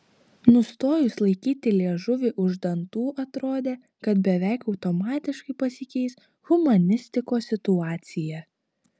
nustojus laikyti liežuvį už dantų atrodė kad beveik automatiškai pasikeis humanistikos situacija